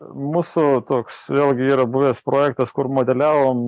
mūsų toks vėlgi yra buvęs projektas kur modeliavom